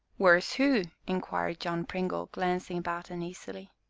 where's who? inquired john pringle, glancing about uneasily.